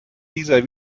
dieser